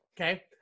okay